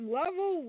level